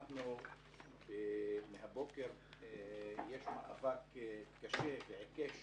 כי מהבוקר יש מאבק קשה ועיקש